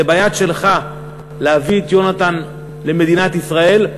זה ביד שלך להביא את יונתן למדינת ישראל.